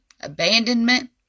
abandonment